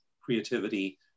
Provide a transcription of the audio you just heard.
creativity